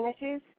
issues